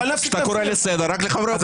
שאתה קורא לסדר רק לחברי אופוזיציה.